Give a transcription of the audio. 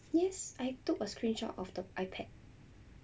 yes I took a screenshot of the ipad